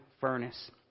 furnace